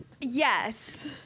yes